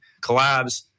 collabs